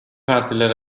partiler